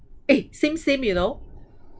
eh same same you know